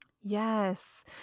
Yes